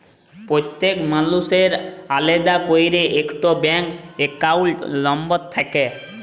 প্যত্তেক মালুসের আলেদা ক্যইরে ইকট ব্যাংক একাউল্ট লম্বর থ্যাকে